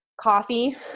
coffee